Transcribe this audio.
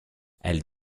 elle